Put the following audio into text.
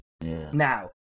Now